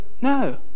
No